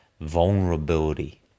vulnerability